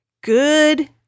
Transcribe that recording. Good